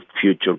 future